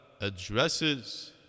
addresses